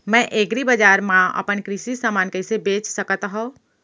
मैं एग्रीबजार मा अपन कृषि समान कइसे बेच सकत हव?